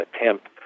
attempt